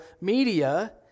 media